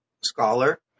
scholar